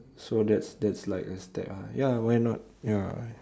so that's that's like a step ah ya why not ya